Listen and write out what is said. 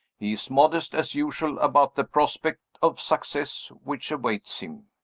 he is modest, as usual, about the prospect of success which awaits him.